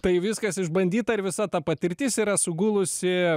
tai viskas išbandyta ir visa ta patirtis yra sugulusi